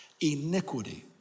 Iniquity